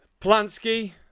Polanski